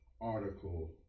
article